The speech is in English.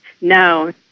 No